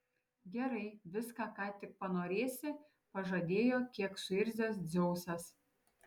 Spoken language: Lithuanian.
gerai viską ką tik panorėsi pažadėjo kiek suirzęs dzeusas